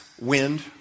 wind